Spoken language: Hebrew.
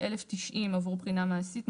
1,090 עבור בחינה מעשית,